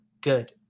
good